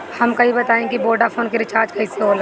हमका ई बताई कि वोडाफोन के रिचार्ज कईसे होला?